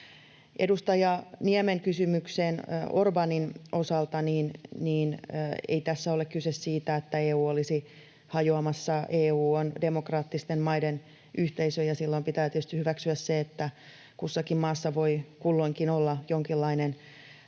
Edustaja Niemen kysymykseen Orbánin osalta: Ei tässä ole kyse siitä, että EU olisi hajoamassa. EU on demokraattisten maiden yhteisö, ja silloin pitää tietysti hyväksyä se, että kussakin maassa voi kulloinkin olla jonkinlainen